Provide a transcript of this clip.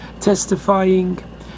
testifying